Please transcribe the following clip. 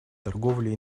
торговле